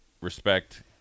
respect